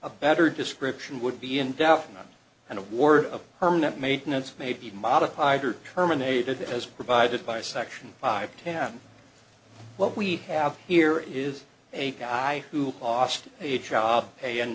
a better description would be indefinite and award of permanent maintenance may be modified or terminated as provided by section five ten what we have here is a guy who lost a job